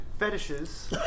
Fetishes